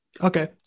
Okay